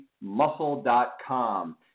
muscle.com